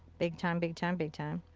big time, big time, big time.